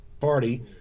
Party